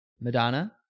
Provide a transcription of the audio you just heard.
Madonna